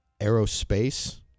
aerospace